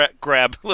grab